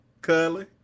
cuddly